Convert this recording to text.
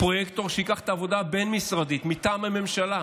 פרויקטור שייקח את העבודה הבין-משרדית מטעם הממשלה\